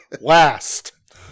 Last